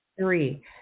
Three